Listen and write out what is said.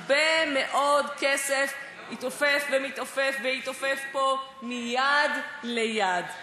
הרבה מאוד כסף התעופף ומתעופף ויתעופף פה מיד ליד,